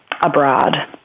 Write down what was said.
abroad